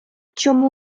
чому